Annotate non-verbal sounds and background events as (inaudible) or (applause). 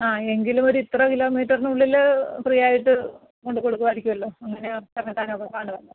ആ എങ്കിലൊരിത്ര കിലോമീറ്ററിനുള്ളിൽ ഫ്രീയായിട്ട് കൊണ്ട് കൊടുക്കുവായിരിക്കുവല്ലോ അങ്ങനെ പറഞ്ഞിട്ടാണ് ഞാൻ (unintelligible)